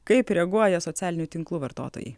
kaip reaguoja socialinių tinklų vartotojai